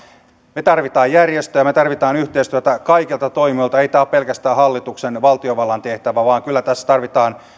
me tarvitsemme järjestöjä me tarvitsemme yhteistyötä kaikilta toimijoilta ei tämä ole pelkästään hallituksen ja valtiovallan tehtävä vaan kyllä tässä tarvitaan